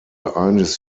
eines